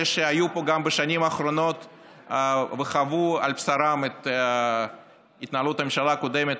אלה שהיו פה גם בשנים האחרונות וחוו על בשרם את התנהלות הממשלה הקודמת,